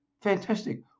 fantastic